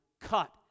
cut